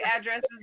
addresses